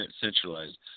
centralized